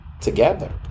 Together